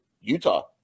Utah